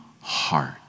heart